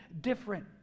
different